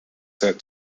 said